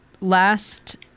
Last